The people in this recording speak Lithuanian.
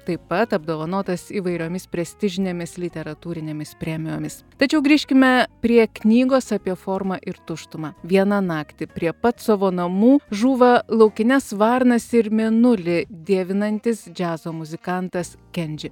taip pat apdovanotas įvairiomis prestižinėmis literatūrinėmis premijomis tačiau grįžkime prie knygos apie formą ir tuštumą vieną naktį prie pat savo namų žūva laukines varnas ir mėnulį dievinantis džiazo muzikantas kendži